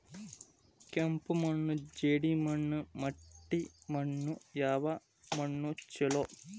ಕೆಂಪು ಮಣ್ಣು, ಜೇಡಿ ಮಣ್ಣು, ಮಟ್ಟಿ ಮಣ್ಣ ಯಾವ ಮಣ್ಣ ಛಲೋ?